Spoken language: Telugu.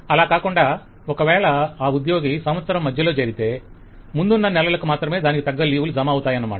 అలా కాకుండా ఒకవేళ ఆ ఉద్యోగి సంవత్సరం మధ్యలో జేరితే ముందున్న నెలలకు మాత్రమే దానికి తగ్గ లీవ్ లు జమ అవుతాయన్నమాట